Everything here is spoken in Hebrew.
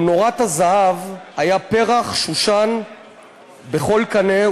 למנורת הזהב היה פרח שושן בכל קנה,